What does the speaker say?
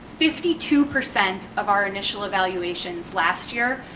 fifty two percent of our initial evaluations last year,